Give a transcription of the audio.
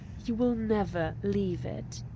you will never leave it.